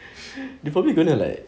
they probably gonna like